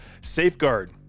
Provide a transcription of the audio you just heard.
Safeguard